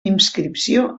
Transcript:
inscripció